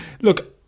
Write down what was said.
Look